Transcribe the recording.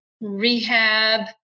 rehab